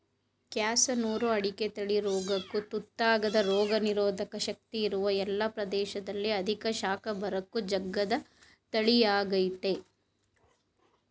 ಕ್ಯಾಸನೂರು ಅಡಿಕೆ ತಳಿ ರೋಗಕ್ಕು ತುತ್ತಾಗದ ರೋಗನಿರೋಧಕ ಶಕ್ತಿ ಇರುವ ಎಲ್ಲ ಪ್ರದೇಶದಲ್ಲಿ ಅಧಿಕ ಶಾಖ ಬರಕ್ಕೂ ಜಗ್ಗದ ತಳಿಯಾಗಯ್ತೆ